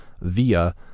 via